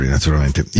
Naturalmente